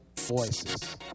voices